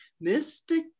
mystic